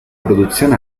produzione